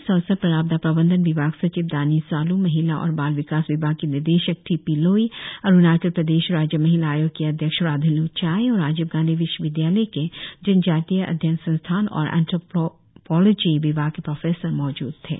इस अवसर पर आपदा प्रबंधन विभाग सचिव दानी सालू महिला और बाल विकास विभाग की निदशक टी पी लोई अरुणाचल प्रदेश राज्य महिला आयोग की अध्यक्ष राधिल् चाई और राजीव गांधी विश्वविद्यालय के जनजातीय अध्ययन संस्थान और एंथ्रोपोलोजी विभाग के प्रोफेसर मौजूद थे